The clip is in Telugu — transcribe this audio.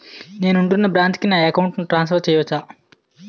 నేను ఉంటున్న బ్రాంచికి నా అకౌంట్ ను ట్రాన్సఫర్ చేయవచ్చా?